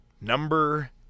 number